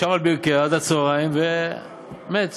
ישב על ברכיה עד הצהריים, ומת.